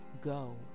Go